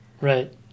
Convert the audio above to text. Right